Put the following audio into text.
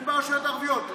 הן הרשויות הערביות.